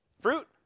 Fruit